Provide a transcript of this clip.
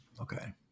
Okay